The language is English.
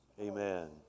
Amen